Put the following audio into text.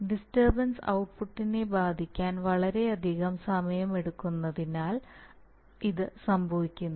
disturbance ഔട്ട്പുട്ടിനെ ബാധിക്കാൻ വളരെയധികം സമയമെടുക്കുന്നതിനാൽ അത് സംഭവിക്കുന്നു